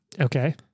okay